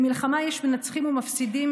במלחמה יש מנצחים ומפסידים,